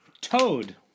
Toad